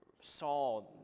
saw